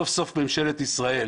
סוף סוף ממשלת ישראל,